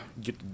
get